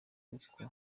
n’uko